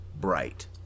bright